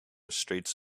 streets